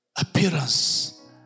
appearance